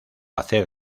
hacer